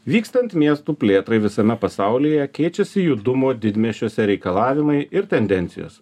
vykstant miestų plėtrai visame pasaulyje keičiasi judumo didmiesčiuose reikalavimai ir tendencijos